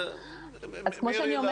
מירי.